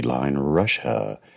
Russia